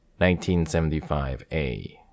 1975A